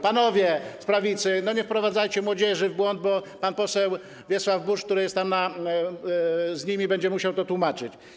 Panowie z prawicy, nie wprowadzajcie młodzieży w błąd, bo pan poseł Wiesław Buż, który jest tam z nimi, będzie musiał to tłumaczyć.